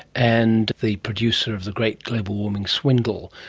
and the producer of the great global warming swindle,